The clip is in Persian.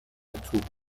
توپ